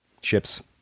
ships